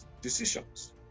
decisions